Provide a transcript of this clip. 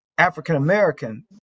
african-american